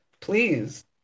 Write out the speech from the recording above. please